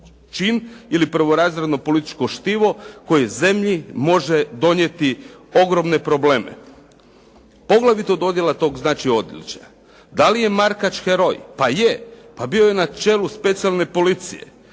čin ili prvorazredno političko štivo koje zemlji može donijeti ogromne probleme, poglavito dodjela tog odličja. Da li je Markač heroj? Pa je, bio je na čelu specijalne policije.